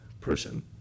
person